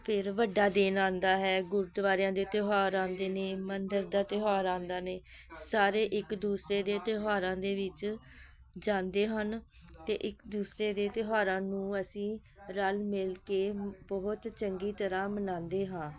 ਫਿਰ ਵੱਡਾ ਦੇਣ ਆਉਂਦਾ ਹੈ ਗੁਰਦੁਆਰਿਆਂ ਦੇ ਤਿਉਹਾਰ ਆਉਂਦੇ ਨੇ ਮੰਦਰ ਦਾ ਤਿਉਹਾਰ ਆਉਂਦਾ ਨੇ ਸਾਰੇ ਇੱਕ ਦੂਸਰੇ ਦੇ ਤਿਉਹਾਰਾਂ ਦੇ ਵਿੱਚ ਜਾਂਦੇ ਹਨ ਅਤੇ ਇੱਕ ਦੂਸਰੇ ਦੇ ਤਿਉਹਾਰਾਂ ਨੂੰ ਅਸੀਂ ਰਲ ਮਿਲ ਕੇ ਬਹੁਤ ਚੰਗੀ ਤਰ੍ਹਾਂ ਮਨਾਉਂਦੇ ਹਾਂ